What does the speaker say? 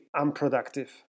unproductive